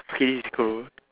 okay this girl